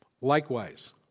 likewise